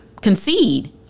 concede